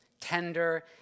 tender